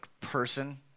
person